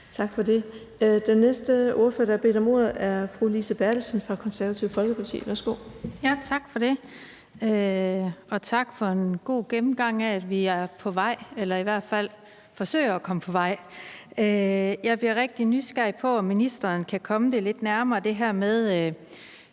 Tak for det. Den næste ordfører, der har bedt om ordet, er fru Lise Bertelsen fra Det Konservative Folkeparti. Værsgo. Kl. 16:43 Lise Bertelsen (KF): Tak for det, og tak for en god gennemgang af, at vi er på vej eller i hvert fald forsøger at komme på vej. Jeg bliver rigtig nysgerrig på, om ministeren kan komme lidt nærmere ind på det her med,